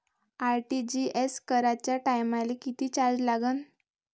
RTGS कराच्या टायमाले किती चार्ज लागन?